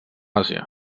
àsia